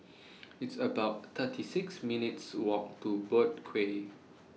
It's about thirty six minutes' Walk to Boat Quay